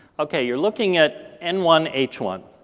okay, you're looking at n one h one.